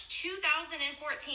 2014